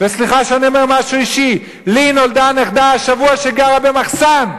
וסליחה שאני אומר משהו אישי: לי נולדה השבוע נכדה שגרה במחסן.